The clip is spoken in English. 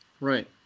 Right